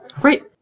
Great